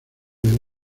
del